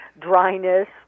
dryness